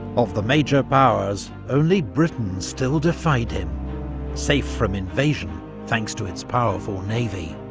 of the major powers, only britain still defied him safe from invasion thanks to its powerful navy.